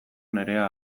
nerea